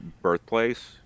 birthplace